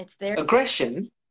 Aggression